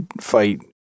fight